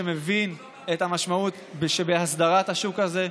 שמבין את המשמעות בהסדרת השוק הזה.